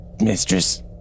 Mistress